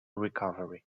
recovery